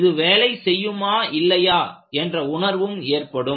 இது வேலை செய்யுமா இல்லையா என்ற உணர்வும் ஏற்படும்